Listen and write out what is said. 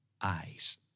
eyes